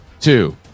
two